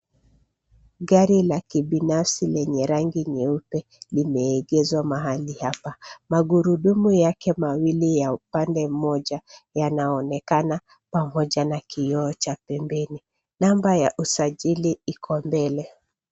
Gari la kibinafsi lenye rangi nyeupe limeegeshwa mahali hapa. Gurudumu yake mawili ya upande mmoja yanaonekana pamoja na kioo cha pembeni. Namba ya usajili iko mbele.